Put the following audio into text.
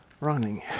running